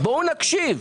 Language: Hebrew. בואו נקשיב,